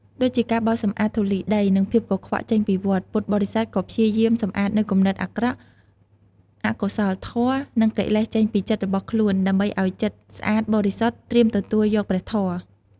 ដូចជាការបោសសម្អាតធូលីដី និងភាពកខ្វក់ចេញពីវត្ត ពុទ្ធបរិស័ទក៏ព្យាយាមសម្អាតនូវគំនិតអាក្រក់ អកុសលធម៌ និងកិលេសចេញពីចិត្តរបស់ខ្លួន ដើម្បីឱ្យចិត្តស្អាតបរិសុទ្ធ ត្រៀមទទួលយកព្រះធម៌។